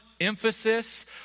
emphasis